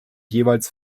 jeweils